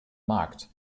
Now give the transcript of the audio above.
markt